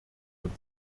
und